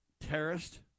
terrorist